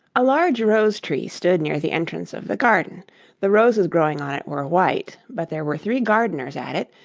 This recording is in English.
a large rose-tree stood near the entrance of the garden the roses growing on it were white, but there were three gardeners at it,